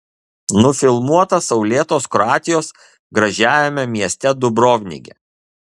nufilmuota saulėtos kroatijos gražiajame mieste dubrovnike